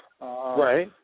Right